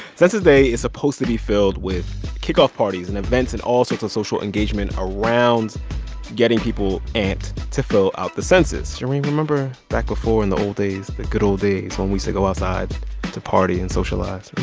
census day is supposed to be filled with kickoff parties and events and all sorts of social engagement around getting people and to fill out the census. shereen, remember back before in the ol' days, the good ol' days when we used to go outside to party and socialize?